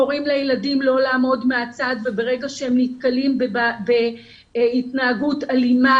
קוראים לילדים לא לעמוד מהצד וברגע שהם נתקלים בהתנהגות אלימה,